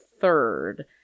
third